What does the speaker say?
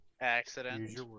Accident